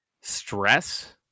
stress